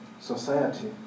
society